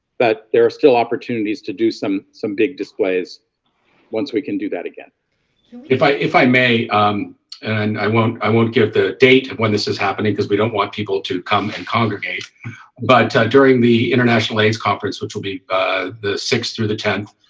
there are still opportunities to do some some big displays once we can do that again if i if i may um and i won't i won't give the date when this is happening because we don't want people to come and congregate but during the international aids conference, which will be the sixth through the tenth